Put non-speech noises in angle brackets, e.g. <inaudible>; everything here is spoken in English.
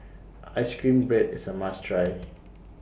Ice Cream Bread IS A must Try <noise>